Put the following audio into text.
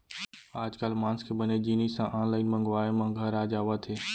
आजकाल मांस के बने जिनिस ह आनलाइन मंगवाए म घर आ जावत हे